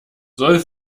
soll